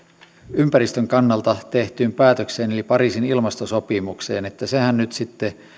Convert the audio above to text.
ympäristön kannalta tehtyyn päätökseen eli pariisin ilmastosopimukseen sehän nyt sitten